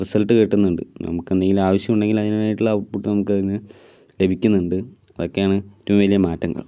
result കിട്ടുന്നുണ്ട് നമുക്കെന്തെങ്കിലും ആവശ്യമുണ്ടെങ്കിൽ അതിനായിട്ടുള്ള ഔട്ട് പുട്ട് നമുക്കതിൽ നിന്ന് ലഭിക്കുന്നുണ്ട് അതൊക്കെയാണ് ഏറ്റവും വലിയ മാറ്റങ്ങൾ